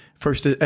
First